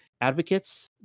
advocates